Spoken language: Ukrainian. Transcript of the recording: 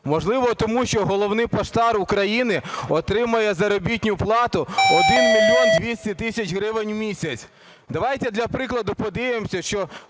Можливо, тому що головний поштар України отримує заробітну плату 1 мільйон 200 тисяч гривень у місяць. Давайте для прикладу подивимося, що